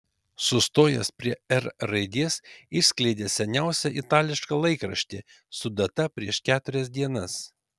sustojęs prie r raidės išskleidė seniausią itališką laikraštį su data prieš keturias dienas